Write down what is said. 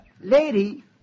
Lady